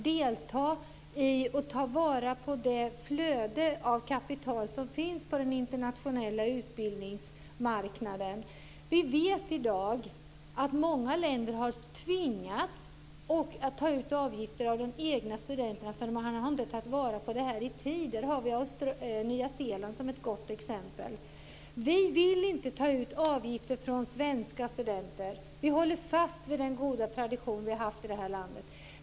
Herr talman! Ja, jag tror att antalet kommer att öka. Jag tror att vi, precis som så många andra länder, kan delta i och ta vara på det flöde av kapital som finns på den internationella utbildningsmarknaden. Vi vet att många länder i dag har tvingats att ta ut avgifter av de egna studenterna eftersom man inte har tagit vara på detta i tid. Vi har Nya Zeeland som ett gott exempel. Vi vill inte ta ut avgifter från svenska studenter. Vi håller fast vid den goda tradition som vi har haft här i landet.